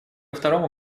второму